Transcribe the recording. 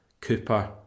Cooper